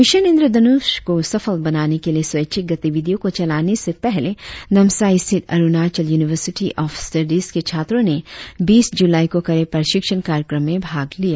mission Indradhanush को सफल बनाने के लिए स्वैच्छिक गतिविधियों को चलाने से पहले नामसाई स्थित अरुणाचल यूनिवार्सिटी ऑफ स्टडिस के छात्रों ने बीस जुलाई को कड़े प्रशिक्षण कार्यक्रम में भाग लिया